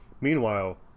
meanwhile